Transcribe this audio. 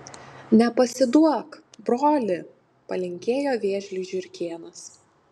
nepasiduok broli palinkėjo vėžliui žiurkėnas